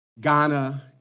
Ghana